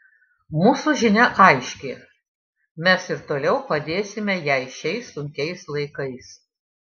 mūsų žinia aiški mes ir toliau padėsime jai šiais sunkiais laikais